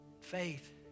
faith